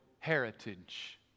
heritage